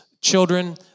children